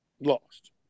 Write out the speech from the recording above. lost